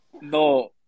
No